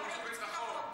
להעביר לחוץ וביטחון.